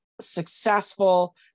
successful